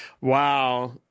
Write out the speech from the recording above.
wow